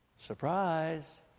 Surprise